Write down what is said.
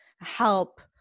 help